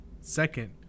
Second